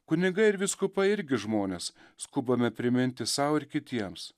kunigai ir vyskupai irgi žmonės skubame priminti sau ir kitiems